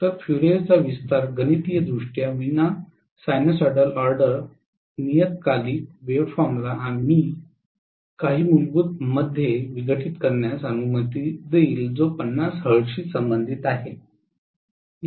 तर फ्यूरियरचा विस्तार गणितीयदृष्ट्या विना साइनसॉइडल ऑर्डर नियतकालिक वेव्हफॉर्मला काही मूलभूत मध्ये विघटित करण्यास अनुमती देईल जो 50 हर्ट्जशी संबंधित आहे